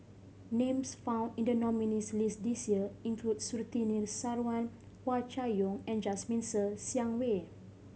names found in the nominees' list this year include Surtini Sarwan Hua Chai Yong and Jasmine Ser Xiang Wei